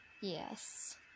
Yes